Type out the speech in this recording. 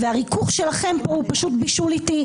הריכוך שלכם הוא פשוט בישול איטי,